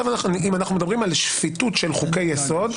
אם אנחנו מדברים על שפיטות של חוקי יסוד,